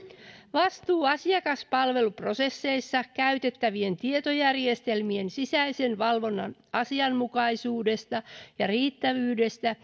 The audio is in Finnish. vastuu asiakaspalveluprosesseissa käytettävien tietojärjestelmien sisäisen valvonnan asianmukaisuudesta ja riittävyydestä